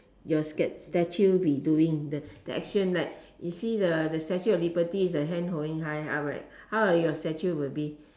will your statue be doing like you see the statue of liberty is the hand holding high up right so what will your statue be